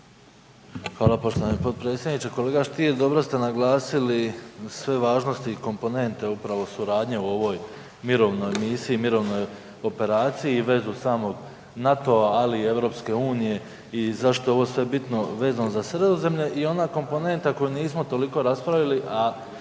Hvala poštovani potpredsjedniče. Kolega Stier dobro ste naglasili sve važnosti i komponente upravo suradnje u ovoj mirovnoj misiji, mirovnoj operaciji i vezu samog NATO-a ali i EU i zašto je ovo sve bitno vezano za Sredozemlje i ona komponenta koju nismo toliko raspravili, a